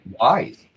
wise